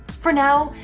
for now,